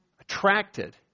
Attracted